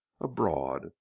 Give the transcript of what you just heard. abroad